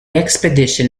expedition